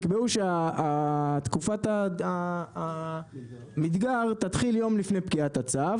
יקבעו שתקופת המדגר תתחיל יום לפני פקיעת הצו,